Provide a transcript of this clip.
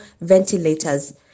ventilators